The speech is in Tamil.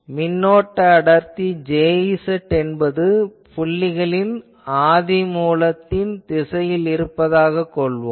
மின்னோட்ட அடர்த்தி Jz என்பது புள்ளிகளின் ஆதிமூலத்தின் திசையில் இருப்பதாகக் கொள்வோம்